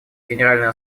генеральной